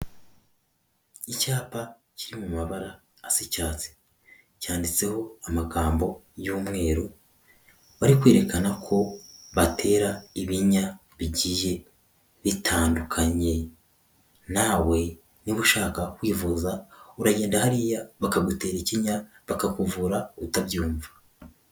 Icyapa kiri mu mabara asa icyatsi, cyanditseho amagambo y'umweru, bari kwerekana ko batera ibinya bigiye bitandukanye, nawe niba ushaka kwivuza uragenda hariya bakagutera ikinya bakakuvura utabyumva.